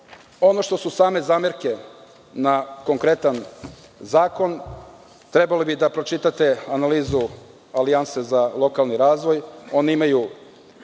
što su same zamerke na konkretan zakon, trebali da pročitate analizu Alijanse za lokalni razvoj, oni imaju